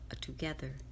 together